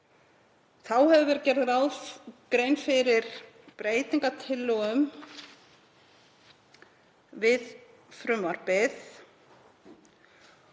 Þá hefur verið gerð grein fyrir breytingartillögum við frumvarpið